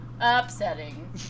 Upsetting